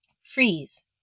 Freeze